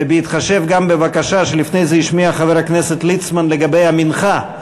ובהתחשב גם בבקשה שלפני זה השמיע חבר הכנסת ליצמן לגבי המנחה,